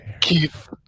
keith